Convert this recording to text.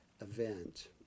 event